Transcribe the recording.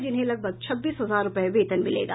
जिन्हें लगभग छब्बीस हजार रूपये वेतन मिलेगा